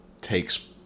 takes